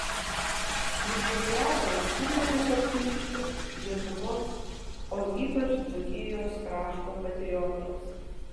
jubiliatas didelis optimistas lietuvos o ypač dzūkijos krašto patriotas